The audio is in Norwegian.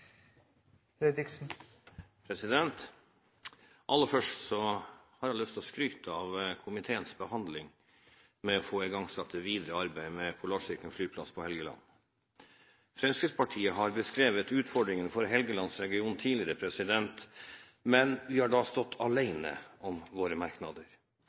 Aller først har jeg lyst til å skryte av komiteens behandling med å få igangsatt det videre arbeidet med Polarsirkelen flyplass på Helgeland. Fremskrittspartiet har beskrevet utfordringen for helgelandsregionen tidligere, men vi har da stått alene om våre merknader.